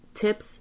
tips